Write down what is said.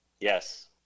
Yes